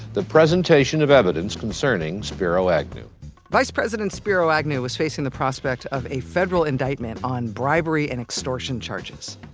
the presentation of evidence concerning spiro agnew vice president spiro agnew was facing the prospect of a federal indictment on bribery and extortion charges.